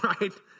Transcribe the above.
right